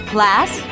Class